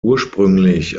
ursprünglich